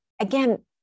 again